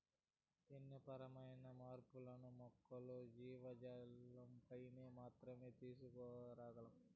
జన్యుపరమైన మార్పులను మొక్కలు, జీవజాలంపైన మాత్రమే తీసుకురాగలం